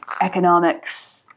economics